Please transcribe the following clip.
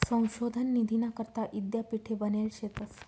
संशोधन निधीना करता यीद्यापीठे बनेल शेतंस